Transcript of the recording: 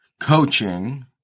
coaching